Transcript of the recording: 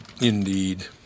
Indeed